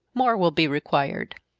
more will be required.